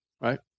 right